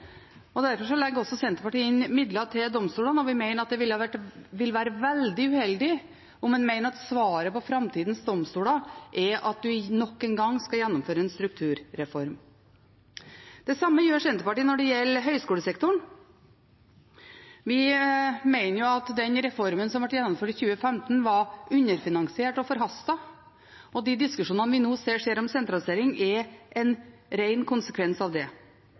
Derfor legger Senterpartiet også inn midler til domstolene, og vi mener at det vil være veldig uheldig om en mener at svaret på framtidas domstoler er at en nok en gang skal gjennomføre en strukturreform. Det samme gjør Senterpartiet når det gjelder høyskolesektoren. Vi mener at den reformen som ble gjennomført i 2015, var underfinansiert og forhastet, og de diskusjonene vi nå ser om sentralisering, er en ren konsekvens av det.